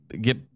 get